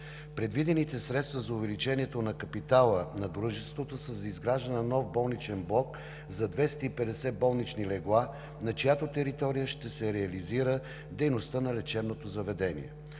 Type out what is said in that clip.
Предвидените средства за увеличението на капитала на дружеството са за изграждане на нов болничен блок за 250 болнични легла, на чиято територия ще се реализира дейността на лечебното заведение.